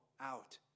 out